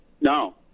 No